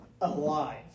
alive